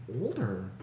older